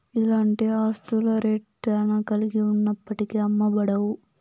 ఇలాంటి ఆస్తుల రేట్ శ్యానా కలిగి ఉన్నప్పటికీ అమ్మబడవు